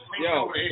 Yo